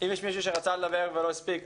אם יש מישהו שרצה לדבר ולא הספיק,